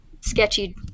sketchy